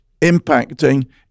impacting